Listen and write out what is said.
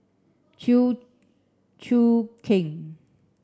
Chew Choo Keng